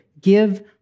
give